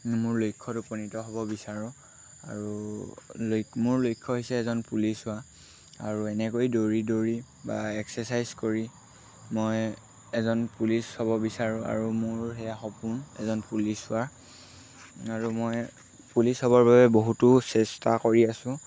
মোৰ লক্ষ্যত উপনীত হ'ব বিচাৰোঁ আৰু মোৰ লক্ষ্য হৈছে এজন পুলিচ হোৱা আৰু এনেকৈ দৌৰি দৌৰি বা এক্সেচাইজ কৰি মই এজন পুলিচ হ'ব বিচাৰোঁ আৰু মোৰ সেয়া সপোন এজন পুলিচ হোৱা আৰু মই পুলিচ হ'বৰ বাবে বহুতো চেষ্টা কৰি আছোঁ